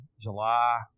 July